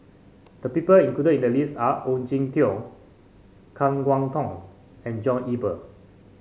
the people included in the list are Ong Jin Teong Kan Kwok Toh and John Eber